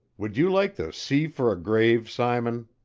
would you like the sea for a grave, simon?